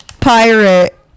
pirate